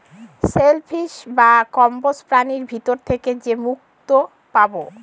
shell fish বা কম্বোজ প্রাণীর ভিতর থেকে যে মুক্তো পাবো